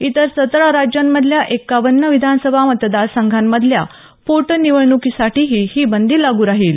इतर सतरा राज्यांमधल्या एक्कावन्न विधानसभा मतदारसंघांमधल्या पोटनिवडणुकीसाठीही ही बंदी लागू राहील